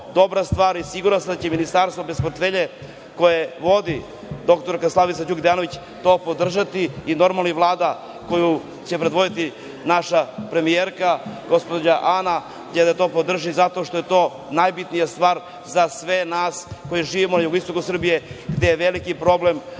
dobra stvar i siguran sam da će ministarstvo bez portfelja koje vodi dr Đukić Dejanović to podržati, normalno i Vlada koju će predvoditi naša premijerka gospođa Ana Brnabić i da će to da podrži zato što je najbitnija stvar za sve nas koji živimo na jugoistoku Srbije gde je veliki problem